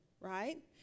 Right